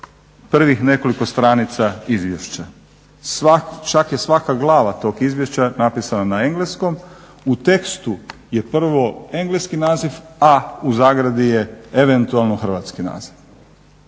prvih nekoliko stranica izvješća. Čak je svaka glava tog izvješća napisana na engleskom, u tekstu je prvo engleski naziv a u zagradi je eventualno hrvatski naziv.